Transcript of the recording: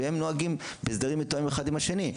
והם נוהגים בהסדרים מתואמים אחד עם השני.